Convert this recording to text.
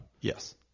Yes